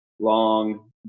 long